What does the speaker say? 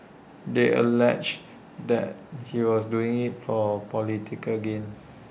they alleged that he was doing IT for political gain